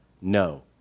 no